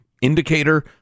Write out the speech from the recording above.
indicator